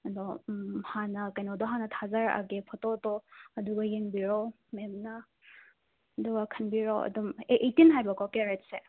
ꯑꯗꯣ ꯍꯥꯟꯅ ꯀꯩꯅꯣꯗꯣ ꯍꯥꯟꯅ ꯊꯥꯖꯔꯛꯑꯒꯦ ꯐꯣꯇꯣꯗꯣ ꯑꯗꯨꯒ ꯌꯦꯡꯕꯤꯔꯣ ꯃꯦꯝꯅ ꯑꯗꯨꯒ ꯈꯟꯕꯤꯔꯣ ꯑꯗꯨꯝ ꯑꯩ ꯑꯩꯇꯤꯟ ꯍꯥꯏꯕꯀꯣ ꯀꯦꯔꯦꯠꯁꯦ